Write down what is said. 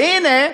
והנה,